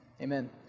Amen